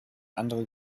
andere